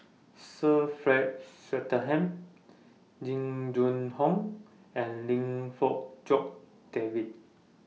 Sir Frank Swettenham Jing Jun Hong and Lim Fong Jock David